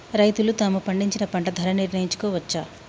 రైతులు తాము పండించిన పంట ధర నిర్ణయించుకోవచ్చా?